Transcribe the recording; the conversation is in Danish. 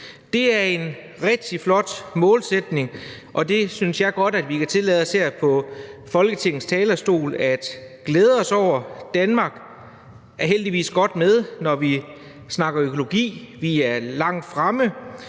Det er en rigtig flot målsætning, og det synes jeg godt at vi kan tillade os her i Folketingssalen at glæde os over. Danmark er heldigvis godt med, når vi snakker økologi; vi er langt fremme.